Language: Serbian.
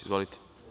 Izvolite.